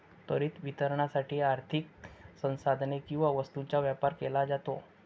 त्वरित वितरणासाठी आर्थिक संसाधने किंवा वस्तूंचा व्यापार केला जातो